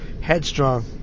Headstrong